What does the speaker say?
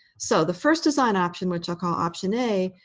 so the first design option, which i'll call option a,